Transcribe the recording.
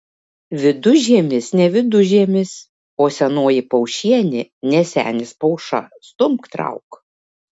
vidužiemis ne vidužiemis o senoji paušienė ne senis pauša stumk trauk